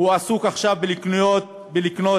הוא עסוק עכשיו בלקנות ריהוט